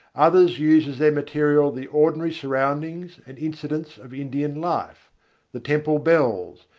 others use as their material the ordinary surroundings and incidents of indian life the temple bells,